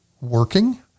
working